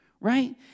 right